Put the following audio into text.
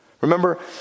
remember